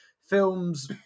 films